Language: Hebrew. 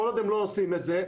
כל עוד הם לא עושים את זה,